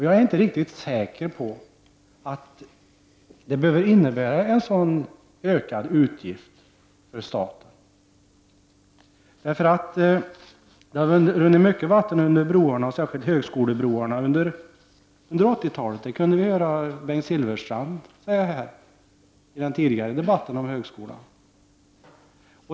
Jag är inte riktigt säker på att detta behöver innebära en sådan ökad utgift för staten. Det har runnit mycket vatten under broarna, särskilt högskolebroarna, under 80-talet. Det kunde vi höra Bengt Silfverstrand säga i den tidigare debatten om högskolan.